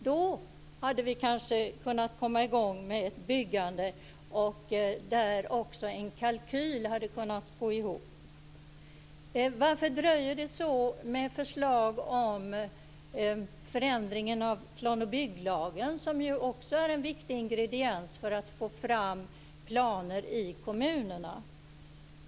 Då hade vi kanske kunnat komma i gång med ett byggande med en kalkyl som går ihop. Varför dröjer det så med förslag om en förändring av plan och bygglagen, som också är en viktig ingrediens när det gäller att få fram planer i kommunerna?